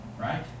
Right